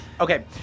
Okay